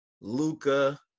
Luca